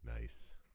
Nice